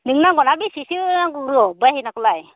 नोंनो नांगौना बेसेसो नांग्रोगौ बाहेनाखौलाय